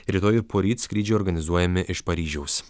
rytoj ir poryt skrydžiai organizuojami iš paryžiaus